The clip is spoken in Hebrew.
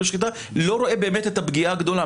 אני לא רואה באמת את הפגיעה הגדולה.